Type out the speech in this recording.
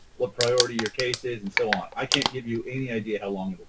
what priority your case is, and so on. i can't give you any idea how long